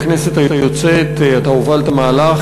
בכנסת היוצאת אתה הובלת מהלך,